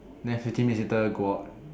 then sixty minutes later go out